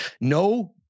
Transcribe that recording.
No